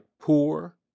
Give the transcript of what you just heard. poor